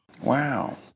Wow